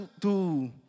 tu